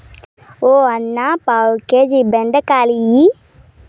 ఓ అన్నా, పావు కేజీ బెండకాయలియ్యి